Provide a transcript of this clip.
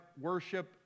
worship